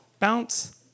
Bounce